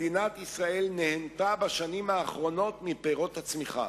מדינת ישראל נהנתה בשנים האחרונות מפירות הצמיחה.